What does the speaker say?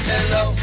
Hello